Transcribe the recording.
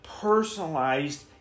personalized